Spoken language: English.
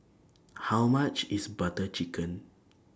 How much IS Butter Chicken